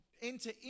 enter